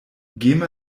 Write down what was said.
gema